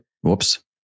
Whoops